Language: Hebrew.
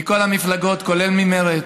מכל המפלגות, כולל ממרצ,